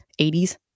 80s